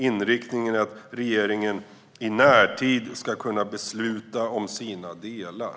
Inriktningen är att regeringen i närtid ska kunna besluta om sina delar.